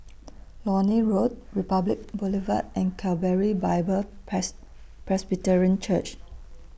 Lornie Road Republic Boulevard and Calvary Bible Pres Presbyterian Church